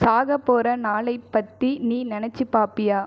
சாகப் போகிற நாளை பற்றி நீ நினைச்சி பார்ப்பியா